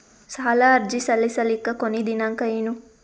ಸಾಲ ಅರ್ಜಿ ಸಲ್ಲಿಸಲಿಕ ಕೊನಿ ದಿನಾಂಕ ಏನು?